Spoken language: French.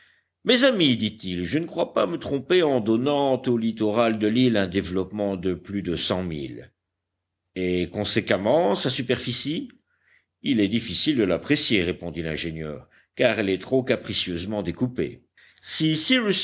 mes amis dit-il je ne crois pas me tromper en donnant au littoral de l'île un développement de plus de cent milles et conséquemment sa superficie il est difficile de l'apprécier répondit l'ingénieur car elle est trop capricieusement découpée si